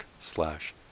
slash